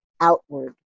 outward